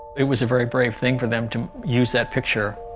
it was a very brave thing for them to use that picture